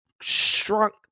shrunk